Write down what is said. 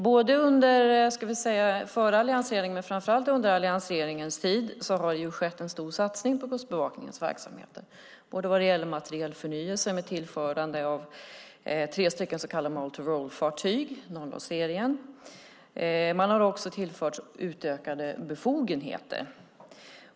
Både under förra alliansregeringens och framför allt under denna alliansregerings tid har det skett en stor satsning på Kustbevakningens verksamheter, både vad gäller materielförnyelse med tillförande av tre multirollfartyg och utökade befogenheter.